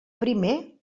primer